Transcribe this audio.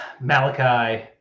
Malachi